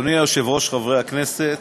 אדוני היושב-ראש, חברי הכנסת,